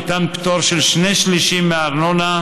מפוקח ניתן פטור של שני שלישים מארנונה,